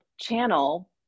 channel